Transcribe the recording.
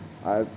I